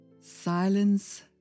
Silence